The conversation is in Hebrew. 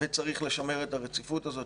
צריך לשמר את הרציפות הזאת,